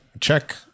Check